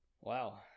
wow